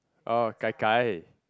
oh gai gai